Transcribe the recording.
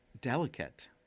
delicate